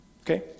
Okay